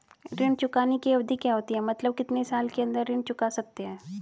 ऋण चुकाने की अवधि क्या होती है मतलब कितने साल के अंदर ऋण चुका सकते हैं?